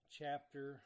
chapter